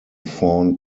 fawn